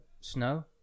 snow